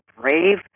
brave